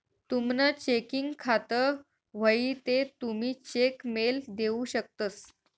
तुमनं चेकिंग खातं व्हयी ते तुमी चेक मेल देऊ शकतंस